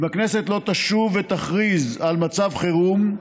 אם הכנסת לא תשוב ותכריז על מצב חירום,